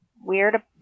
weird